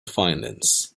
finance